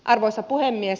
arvoisa puhemies